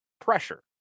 pressure